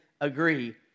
agree